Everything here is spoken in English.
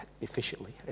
efficiently